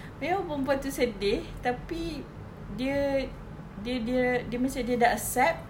memang perempuan itu sedih tapi dia dia dia dia mesti dia sudah accept